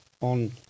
on